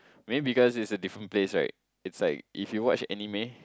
maybe because it's a different place right it's like if you watch anime